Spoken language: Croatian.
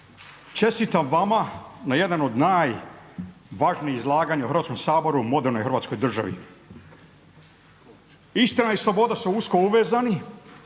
čestitam vama na jednom od najvažnijih izlaganja u Hrvatskom saboru u modernoj Hrvatskoj državi. Istina i sloboda su usko povezani